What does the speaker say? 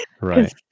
Right